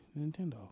Nintendo